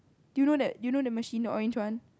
do you know that you know the machine orange one